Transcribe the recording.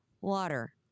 water